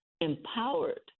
empowered